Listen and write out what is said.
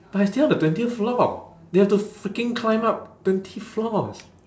but I stay on the twentieth floor they have to freaking climb up twenty floors